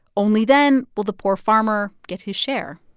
only then will the poor farmer get his share.